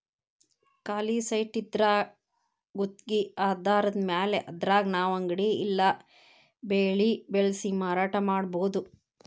ಖಾಲಿ ಸೈಟಿದ್ರಾ ಗುತ್ಗಿ ಆಧಾರದ್ಮ್ಯಾಲೆ ಅದ್ರಾಗ್ ನಾವು ಅಂಗಡಿ ಇಲ್ಲಾ ಬೆಳೆ ಬೆಳ್ಸಿ ಮಾರಾಟಾ ಮಾಡ್ಬೊದು